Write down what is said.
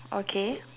okay